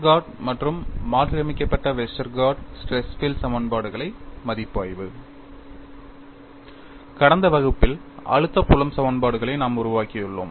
கடந்த வகுப்பில் அழுத்த புலம் சமன்பாடுகளை நாம் உருவாக்கியுள்ளோம்